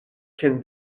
can